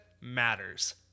Matters